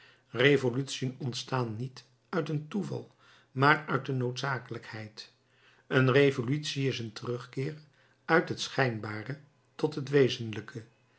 revolutiën ontstaan niet uit een toeval maar uit de noodzakelijkheid een revolutie is een terugkeer uit het schijnbare tot het wezenlijke